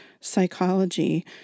psychology